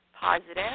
positive